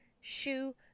shoe